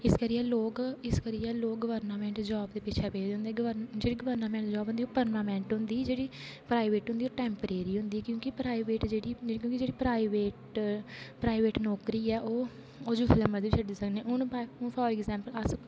इस करियै लोग इस करियै लोग गवर्नामेंट जाॅव दे पिच्छे पेदे होंदे गवर्नामेंट जेहड़ी गवर्नामेंट जाॅव होंदी ऐ प्रमानैंट होंदी जेहड़ी प्राइवेट होंदी ऐ ओह् टेम्परेरी होंदी क्योंकि प्राइवेट जेहड़ी क्योंकि जेहड़ी प्राईवेट नौकरी ऐ ओह् जिसले मर्जी छड्डी सकने हून प्राईवेट ऐ फार इंगजेएमल